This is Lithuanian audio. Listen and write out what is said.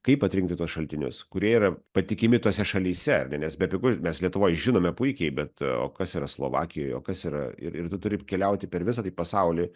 kaip atrinkti tuos šaltinius kurie yra patikimi tose šalyse ar ne nes bepigu mes lietuvoj žinome puikiai bet o kas yra slovakijoje o kas yra ir ir turi keliauti per visą taip pasaulį